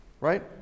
Right